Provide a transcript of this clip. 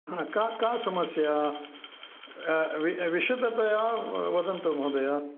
का का समस्या वि विशदतया वदन्तु महोदय